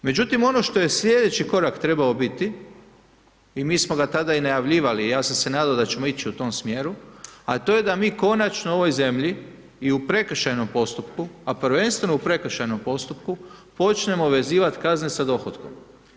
Međutim, ono što je slijedeći korak trebao biti, i mi smo ga tada i najavljivali, ja sam se nadao da ćemo ići u tom smjeru, a to je da mi konačno u ovoj zemlji i u prekršajnom postupku, a prvenstveno u prekršajnom postupku, počnemo vezivat kazne sa dohotkom.